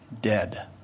dead